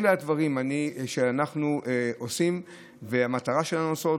אלה הדברים שאנחנו עושים והמטרה שלנו לעשות.